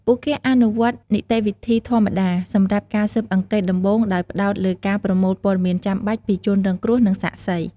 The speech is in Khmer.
ពួកគេអនុវត្តនីតិវិធីធម្មតាសម្រាប់ការស៊ើបអង្កេតដំបូងដោយផ្តោតលើការប្រមូលព័ត៌មានចាំបាច់ពីជនរងគ្រោះ និងសាក្សី។